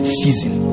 season